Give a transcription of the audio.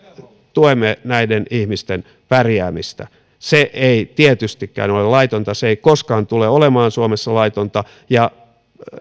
tuemme näiden ihmisten pärjäämistä se ei tietystikään ole laitonta se ei koskaan tule olemaan suomessa laitonta ja